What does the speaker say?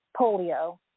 polio